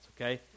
okay